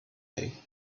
day